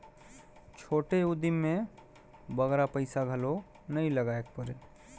छोटे उदिम में बगरा पइसा घलो नी लगाएक परे